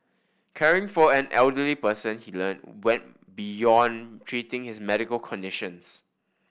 caring for an elderly person he learnt went beyond treating his medical conditions